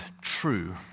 true